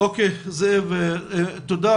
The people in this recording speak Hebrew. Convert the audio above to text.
זאב תודה.